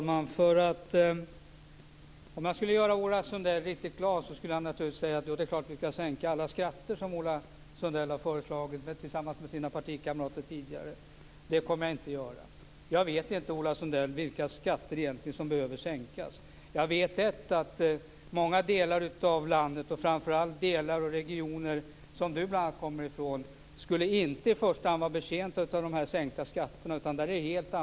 Fru talman! Om jag skulle göra Ola Sundell riktigt glad skulle jag naturligtvis säga att det är klart att vi skall sänka alla skatter, som Ola Sundell tidigare tillsammans med sina partikamrater föreslagit. Det kommer jag inte att göra. Jag vet inte, Ola Sundell, vilka skatter som egentligen behöver sänkas. Jag vet att många delar av landet, och framför allt de delar och regioner som bl.a. Ola Sundell kommer ifrån, inte i första hand skulle vara betjänta av de sänkta skatterna.